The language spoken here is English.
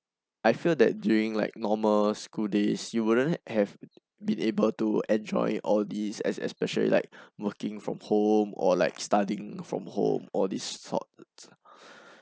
I feel that during like normal school days you wouldn't have been able to enjoy all these as especially like working from home or like studying from home all this sort